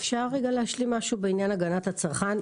אפשר להשלים משהו בעניין הגנת הצרכן?